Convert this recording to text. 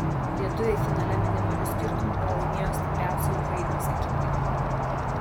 lietuviai finale minimaliu skirtumu pralaimėjo stipriausiai ukrainos ekipai